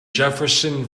jefferson